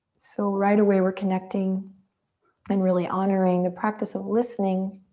so right away we're connecting and really honoring the practice of listening